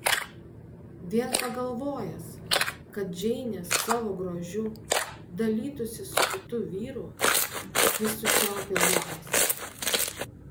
vien pagalvojęs kad džeinė savo grožiu dalytųsi su kitu vyru jis sučiaupė lūpas